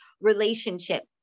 relationship